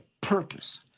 purpose